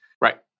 Right